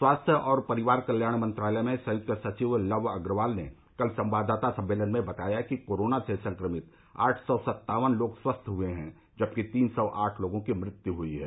स्वास्थ्य और परिवार कल्याण मंत्रालय में संयुक्त सचिव लव अग्रवाल ने कल संवाददाता सम्मेलन में बताया कि कोरोना से संक्रमित आठ सौ सत्तावन लोग स्वस्थ हए हैं जबकि तीन सौ आठ की मृत्यु हुई है